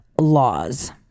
laws